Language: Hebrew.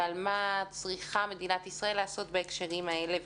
ועל מה צריכה מדינת ישראל לעשות בהקשרים האלה,